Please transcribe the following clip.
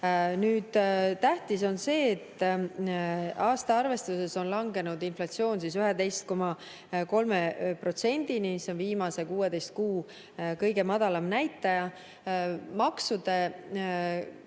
Tähtis on see, et aasta arvestuses on langenud inflatsioon 11,3%‑ni, see on viimase 16 kuu kõige madalam näitaja. Küsimus